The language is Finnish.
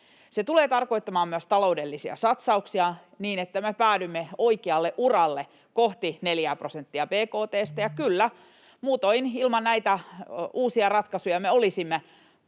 Se tulee tarkoittamaan myös taloudellisia satsauksia, niin että me päädymme oikealle uralle, kohti 4:ää prosenttia bkt:stä. Ja kyllä, muutoin — ilman näitä uusia ratkaisuja — me olisimme